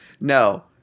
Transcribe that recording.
No